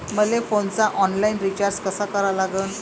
मले फोनचा online recharge कसा करा लागन?